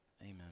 Amen